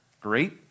great